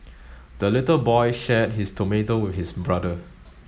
the little boy shared his tomato with his brother